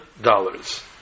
dollars